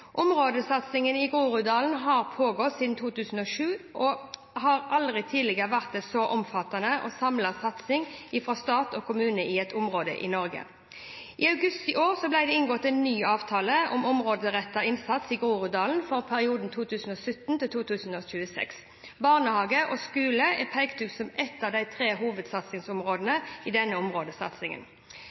Områdesatsingen i Groruddalen har pågått siden 2007. Det har aldri tidligere vært en så omfattende og samlet satsing fra stat og kommune i et område i Norge. I august i år ble det inngått en ny avtale om områderettet innsats i Groruddalen for perioden 2017–2026. Barnehage og skole er pekt ut som ett av de tre hovedsatsingsområdene i denne områdesatsingen.